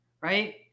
Right